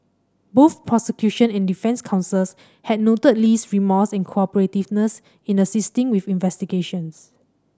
both prosecution and defence counsels had noted Lee's remorse and cooperativeness in assisting with investigations